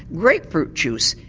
grapefruit juice,